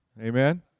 amen